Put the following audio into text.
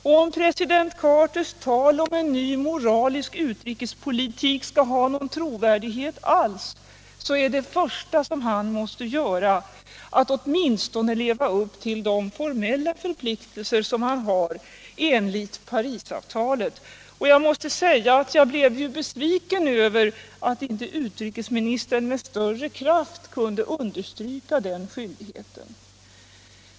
Om president Carters tal om en ny, moralisk utrikespolitik skall ha någon trovärdighet alls, är det första som han måste göra att åtminstone leva upp till de formella förpliktelser som han har enligt Parisavtalet. Jag måste säga att jag blev besviken över att inte utrikesministern med större kraft kunde understryka den skyldigheten.